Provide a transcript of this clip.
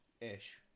ish